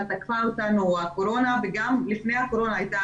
אבל תקפה אותנו הקורונה וגם לפני הקורונה הייתה